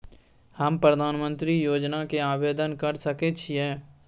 हम प्रधानमंत्री योजना के आवेदन कर सके छीये?